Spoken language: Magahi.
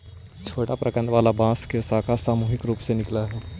छोटा प्रकन्द वाला बांस के शाखा सामूहिक रूप से निकलऽ हई